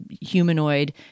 humanoid